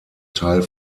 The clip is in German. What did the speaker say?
teil